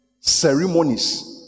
Ceremonies